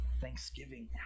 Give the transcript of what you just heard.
Thanksgiving